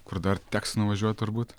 kur dar teks nuvažiuot turbūt